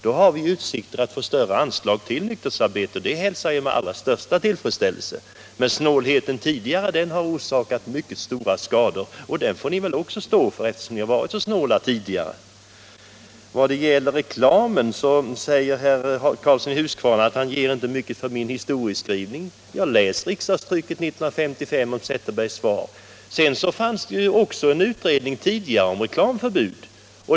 Då har vi utsikter att få större anslag till nykterhetsarbete, och det hälsar jag med allra största tillfredsställelse. Men snålheten tidigare har orsakat mycket stora skador, och det får ni också stå för. Vad det gäller reklamen säger herr Karlsson i Huskvarna att han inte ger mycket för min historieskrivning. Läs då Zetterbergs svar i riksdagstrycket 1955! Det fanns tidigare en utredning om reklamförbud.